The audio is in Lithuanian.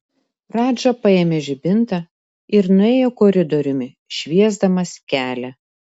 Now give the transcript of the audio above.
radža paėmė žibintą ir nuėjo koridoriumi šviesdamas kelią